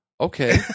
Okay